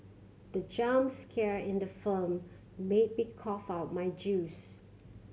the jump scare in the firm made me cough out my juice